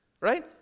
right